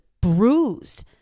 bruised